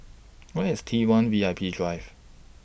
Where IS T one V I P Drive